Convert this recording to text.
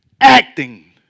acting